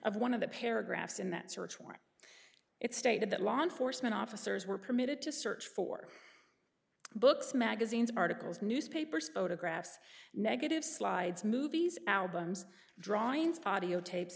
of one of the paragraphs in that search warrant it stated that law enforcement officers were permitted to search for books magazines articles newspapers photographs negative slides movies albums drawings patio tapes